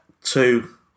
Two